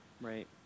Right